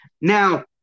Now